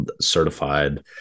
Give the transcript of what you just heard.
certified